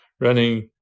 running